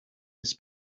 his